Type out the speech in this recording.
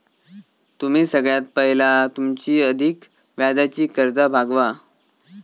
तुम्ही सगळ्यात पयला तुमची अधिक व्याजाची कर्जा भागवा